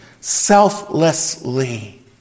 Selflessly